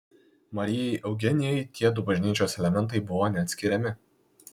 marijai eugenijai tiedu bažnyčios elementai buvo neatskiriami